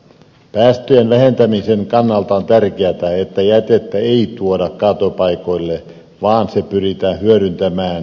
päästöjen vähentämisen kannalta on tärkeätä että jätettä ei tuoda kaatopaikoille vaan se pyritään hyödyntämään ja kierrättämään